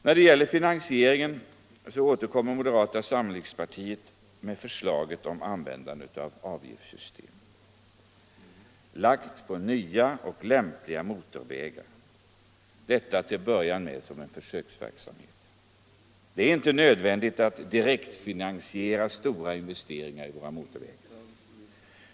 När det gäller finansieringen återkommer moderata samlingspartiet med förslaget om användande av ett avgiftssystem lagt på nya och lämpliga motorvägar, detta till en början som en försöksverksamhet. Det är inte nödvändigt att direktfinansiera stora investeringar i våra motorvägar.